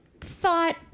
thought